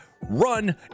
run